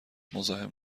مزاحم